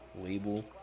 label